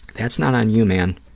that's not on you, man.